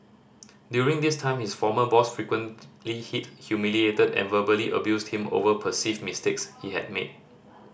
during this time his former boss frequently hit humiliated and verbally abused him over perceived mistakes he had made